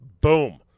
Boom